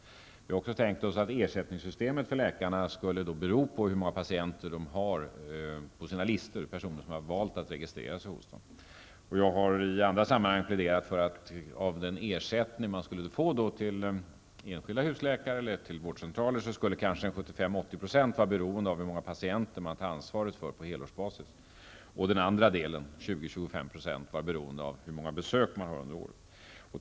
Vi har också tänkt oss att ersättningssystemet för läkarna skulle bygga på hur många patienter de har på sina listor, personer som har valt att registrera sig hos dem. Jag har i andra sammanhang pläderat för att 75--80 % av den ersättning er skilda husläkare eller vårdcentraler skulle få skulle vara beroende av hur många patienter de tar ansvaret för på helårsbasis. Den andra delen av ersättningen -- 20--25 %-- skulle vara beroende av hur många besök de har under året.